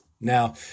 Now